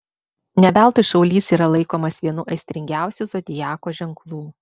ne veltui šaulys yra laikomas vienu aistringiausių zodiako ženklų